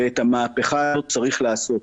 את המהפכה הזאת צריך לעשות.